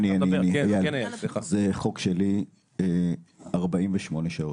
48 שעות.